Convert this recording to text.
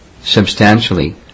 substantially